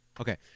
Okay